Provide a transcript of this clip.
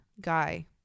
guy